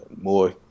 More